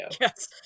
Yes